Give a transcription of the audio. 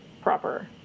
proper